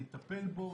יטפל בו,